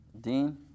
Dean